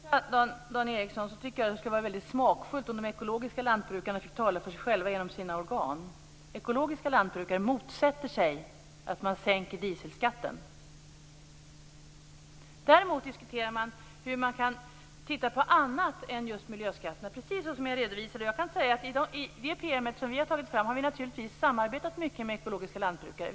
Fru talman! Först och främst tycker jag att det skulle vara lämpligt om Dan Ericsson lät de ekologiska lantbrukarna tala för sig själva genom sina organ. Ekologiska lantbrukare motsätter sig att dieseloljeskatten sänks. Däremot diskuterar man möjligheterna att titta på något annat än miljöskatterna, precis på det sätt som jag redovisat. I den PM som vi har tagit fram har vi naturligtvis samarbetat mycket med ekologiska lantbrukare.